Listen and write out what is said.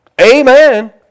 Amen